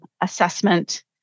assessment